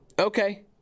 okay